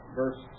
verse